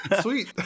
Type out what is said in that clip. Sweet